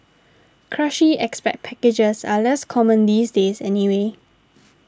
cushy expat packages are less common these days anyway